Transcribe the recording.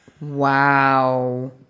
Wow